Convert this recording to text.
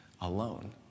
alone